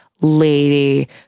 lady